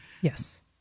Yes